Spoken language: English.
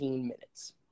minutes